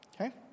Okay